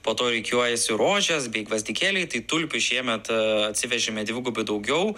po to rikiuojasi rožės bei gvazdikėliai tai tulpių šiemet atsivežėme dvigubai daugiau